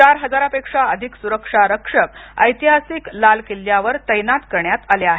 चार हजारपेक्षा अधिक सुरक्षा रक्षक ऐतिहासिक लाल किल्ल्यावर तैनात करण्यात आले आहेत